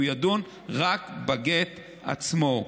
הוא ידון רק בגט עצמו.